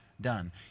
done